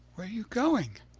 where are you going?